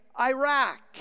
Iraq